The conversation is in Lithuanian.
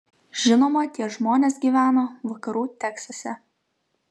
žinoma tie žmonės gyveno vakarų teksase